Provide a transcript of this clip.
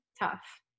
tough